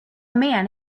man